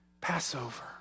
passover